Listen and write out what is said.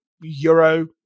euro